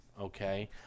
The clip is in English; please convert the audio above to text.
okay